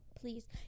please